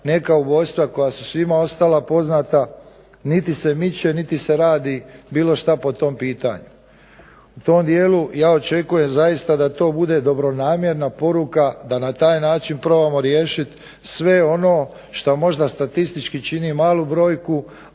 neka ubojstva koja su svima poznate niti se miče niti se radi bilo što po tom pitanju. U tom dijelu ja očekujem zaista da to bude dobronamjerna poruka da na taj način probamo riješiti sve ono što možda statistički čini malu brojku,